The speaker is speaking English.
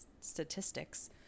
statistics